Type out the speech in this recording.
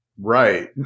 Right